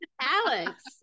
Alex